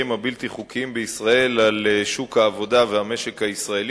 הבלתי-חוקיים בישראל על שוק העבודה והמשק בישראל,